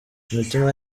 imitima